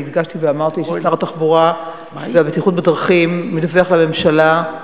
אני הדגשתי ואמרתי ששר התחבורה והבטיחות בדרכים מדווח לממשלה,